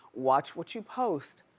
watch what you post.